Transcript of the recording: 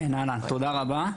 תודה רבה.